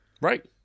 Right